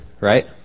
right